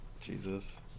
Jesus